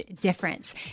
difference